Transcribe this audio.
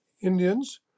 Indians